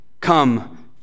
come